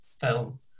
film